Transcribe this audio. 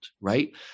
right